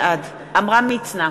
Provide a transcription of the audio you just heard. בעד עמרם מצנע,